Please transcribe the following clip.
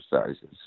exercises